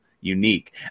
unique